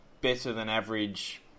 better-than-average